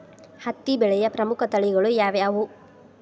ಹತ್ತಿ ಬೆಳೆಯ ಪ್ರಮುಖ ತಳಿಗಳು ಯಾವ್ಯಾವು?